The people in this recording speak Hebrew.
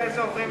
אחרי זה עוברים,